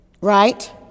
right